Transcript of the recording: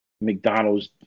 McDonald's